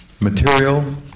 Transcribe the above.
material